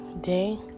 day